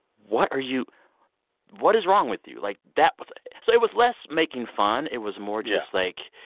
what are you what is wrong with you? like, that was so it was less making fun. it was more just, like,